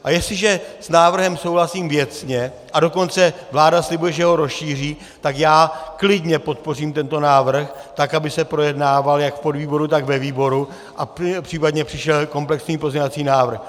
A jestliže s návrhem souhlasím věcně, a dokonce vláda slibuje, že ho rozšíří, tak já klidně podpořím tento návrh tak, aby se projednával jak v podvýboru, tak ve výboru a případně přišel komplexní pozměňovací návrh.